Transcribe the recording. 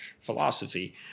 philosophy